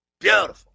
beautiful